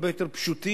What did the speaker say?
הרבה יותר פשוטים,